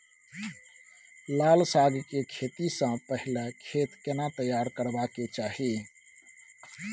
लाल साग के खेती स पहिले खेत केना तैयार करबा के चाही?